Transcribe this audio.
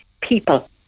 people